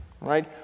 right